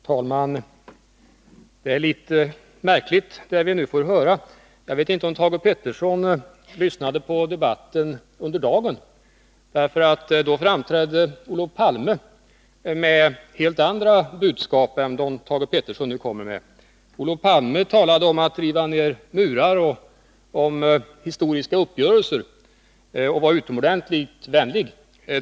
Herr talman! Det är litet märkligt, det vi nu får höra. Jag vet inte om Thage Peterson lyssnade på debatten under dagen. Då framträdde Olof Palme med helt andra budskap än de Thage Peterson kommer med. Olof Palme talade om att riva ned murar och om historiska uppgörelser, och var utomordenligt vänlig.